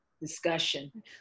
discussion